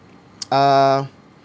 uh